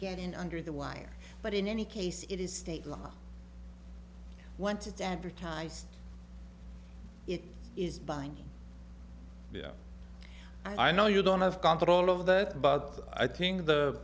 get in under the wire but in any case it is state law went to denver ties it is binding yeah i know you don't have control of that but i think the